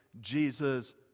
Jesus